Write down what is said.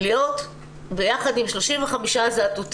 להיות ביחד עם 35 זאטוטים,